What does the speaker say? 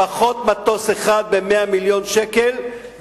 פחות מטוס אחד ב-100 מיליון שקל,